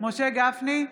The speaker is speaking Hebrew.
משה גפני,